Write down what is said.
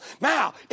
Now